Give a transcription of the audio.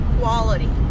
quality